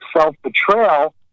self-betrayal